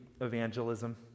evangelism